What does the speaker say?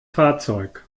fahrzeug